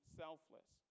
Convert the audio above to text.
selfless